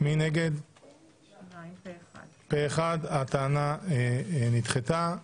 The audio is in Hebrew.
הצבעה לא אושרה הטענה נדחתה פה אחד.